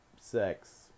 sex